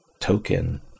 token